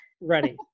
ready